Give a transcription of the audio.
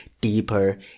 deeper